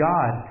God